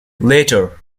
later